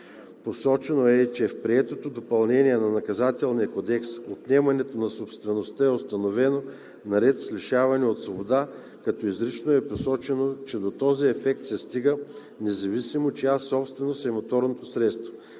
Посочено е и че в приетото допълнение на Наказателния кодекс отнемането на собствеността е установено наред с лишаването от свобода, като изрично е посочено, че до този ефект се стига, независимо чия собственост е моторното превозно